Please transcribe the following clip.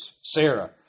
Sarah